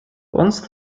once